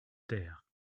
terre